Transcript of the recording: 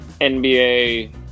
NBA